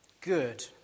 Good